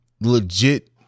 legit